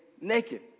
naked